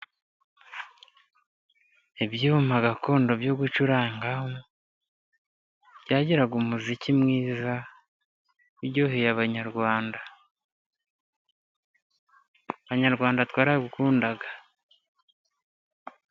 Ibyuma gakondo byo gucurangaho, byagiraga umuziki mwiza, uryoheye abanyarwanda. Abanyarwanda twarawukundaga.